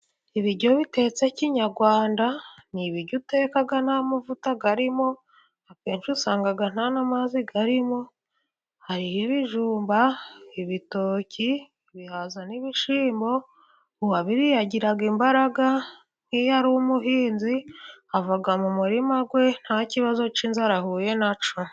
Ibiryo bitetse kinyarwanda ni ibiryo uteka nta mavuta arimo akenshi usanga nta n'amazi arimo. Hariho ibijumba, ibitoki, bihaza n'bishimbo, uwabiriye agira imbaraga, nk'iyo ari umuhinzi ava mu murima we nta kibazo cy'inzara ahuye na cyo.